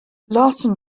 larsen